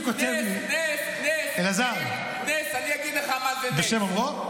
נס, נס, נס, אני אגיד לך מה זה נס.